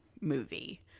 movie